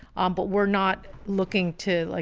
um but we're not looking to like,